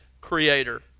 Creator